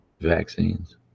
vaccines